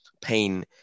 pain